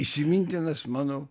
įsimintinas mano